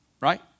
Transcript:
right